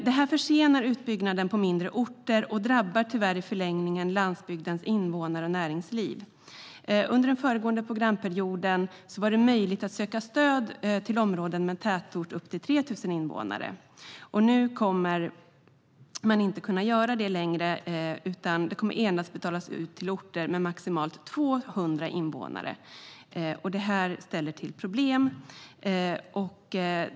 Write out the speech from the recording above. Detta försenar utbyggnaden på mindre orter och drabbar tyvärr i förlängningen landsbygdens invånare och näringsliv. Under den föregående programperioden var det möjligt att söka stöd till områden med en tätort med upp till 3 000 invånare. Nu kommer man inte att kunna göra det längre, utan stödet kommer endast att betalas ut till orter med maximalt 200 invånare. Detta ställer till problem.